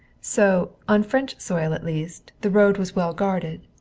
so, on french soil at least, the road was well guarded.